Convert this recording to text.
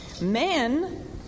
Men